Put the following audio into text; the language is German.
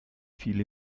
viele